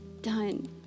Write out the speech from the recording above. done